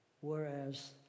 whereas